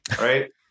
Right